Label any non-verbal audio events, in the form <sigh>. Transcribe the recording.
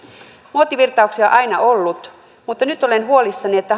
muotivirtauksia on aina ollut mutta nyt olen huolissani että <unintelligible>